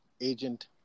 agent